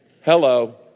Hello